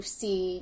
see